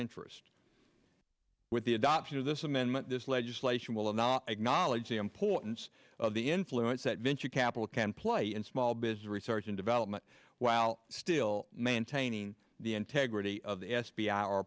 interest with the adoption of this amendment this legislation will not acknowledge the importance of the influence that venture capital can play in small biz research and development while still maintaining the integrity of the